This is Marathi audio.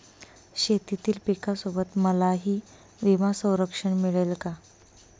शेतीतील पिकासोबत मलाही विमा संरक्षण मिळेल का?